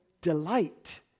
Delight